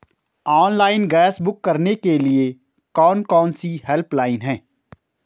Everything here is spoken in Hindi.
ऑनलाइन गैस बुक करने के लिए कौन कौनसी हेल्पलाइन हैं?